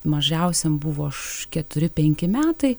mažiausiam buvo aš keturi penki metai